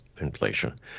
inflation